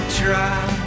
try